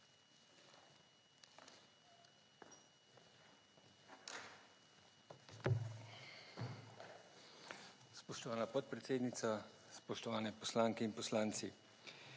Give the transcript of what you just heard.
Spoštovana podpredsednica, spoštovani poslanke in poslanci.